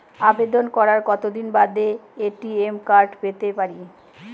আবেদন করার কতদিন বাদে এ.টি.এম কার্ড পেতে পারি?